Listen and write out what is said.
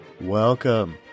Welcome